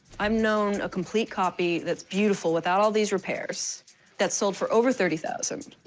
um known a complete copy that's beautiful without all these repairs that sold for over thirty thousand